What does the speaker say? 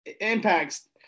impacts